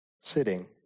sitting